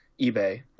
ebay